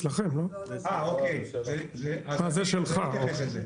אוקיי, אני אתייחס לזה.